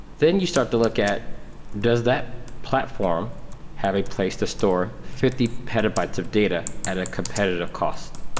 then you start to look at does that platform have a place to store fifty petabytes of data at a competitive cost?